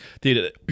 dude